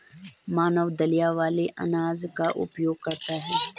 मानव दलिया वाले अनाज का उपभोग करता है